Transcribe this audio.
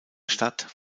stadt